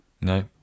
No